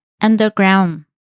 Underground